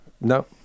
no